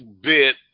bit